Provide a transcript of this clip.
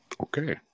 Okay